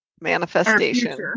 manifestation